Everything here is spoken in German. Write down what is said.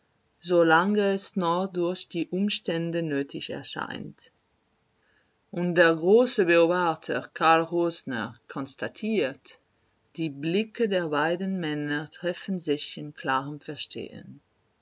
es noch durch die umstände nötig erscheint und der große beobachter karl rosner konstatiert die blicke der beiden männer treffen sich in klarem verstehen